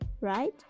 right